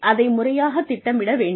அதை முறையாகத் திட்டமிட வேண்டும்